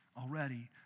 already